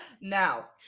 now